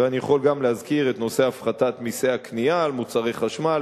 ואני יכול גם להזכיר את נושא הפחתת מסי הקנייה על מוצרי חשמל,